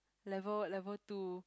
level level two